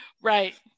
Right